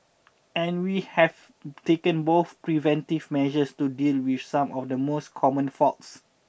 and we have taken both preventive measures to deal with some of the most common faults